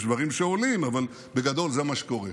יש דברים שעולים, אבל בגדול, זה מה שקורה.